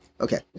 Okay